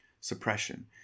Suppression